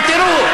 אבל תראו,